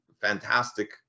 fantastic